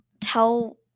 tell